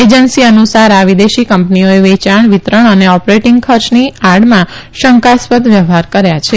agency અનુસાર આ વિદેશી કંપનીઓએ વેયાણ વિતરણ અને ઓપરેટીંગ ખર્ચની આડમાં શંકાસ્પદ વ્યવહાર કર્યા છે